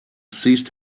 ceased